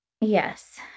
Yes